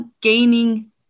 gaining